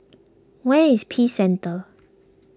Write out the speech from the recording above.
where is Peace Centre